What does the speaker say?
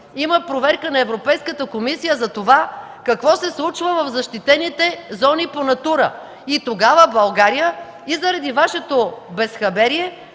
има проверка на Европейската комисия за това какво се случва в защитените зони по „Натура”. Тогава заради Вашето безхаберие